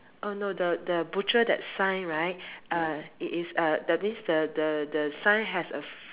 oh no the the butcher that sign right uh it is a that means the the the sign has a